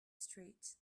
street